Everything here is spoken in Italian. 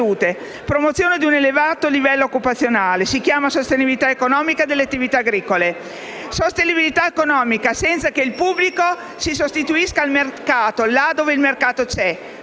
promozione di un elevato livello occupazionale. Si chiama sostenibilità economica delle attività agricole; sostenibilità economica, senza che il pubblico si sostituisca al mercato, là dove il mercato c'è,